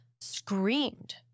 screamed